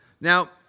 Now